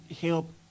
help